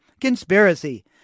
conspiracy